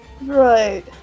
Right